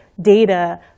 data